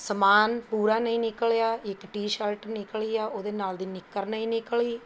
ਸਮਾਨ ਪੂਰਾ ਨਹੀਂ ਨਿਕਲਿਆ ਇੱਕ ਟੀ ਸ਼ਰਟ ਨਿਕਲ਼ੀ ਆ ਉਹਦੇ ਨਾਲ਼ ਦੀ ਨਿੱਕਰ ਨਹੀਂ ਨਿਕਲ਼ੀ